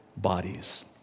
bodies